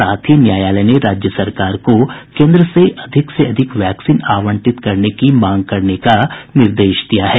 साथ ही न्यायालय ने राज्य सरकार को केन्द्र से अधिक वैक्सीन आवंटित करने की मांग करने का निर्देश दिया है